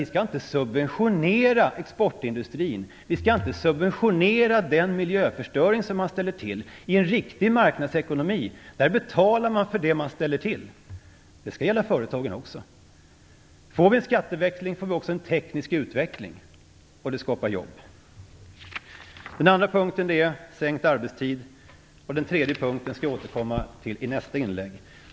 Vi skall inte subventionera exportindustrin och den miljöförstöring som den ställer till. I en riktig marknadsekonomi betalar man för det man ställer till - det skall gälla företagen också. Får vi en skatteväxling får vi också en teknisk utveckling, och det skapar jobb. Den andra punkten är sänkt arbetstid, och den tredje punkten skall jag återkomma till i nästa inlägg.